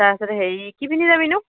তাৰপাছতে হেৰি কি পিন্ধি যাবিনো